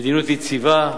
מדיניות יציבה,